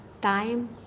time